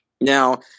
Now